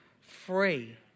free